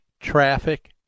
traffic